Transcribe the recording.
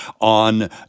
on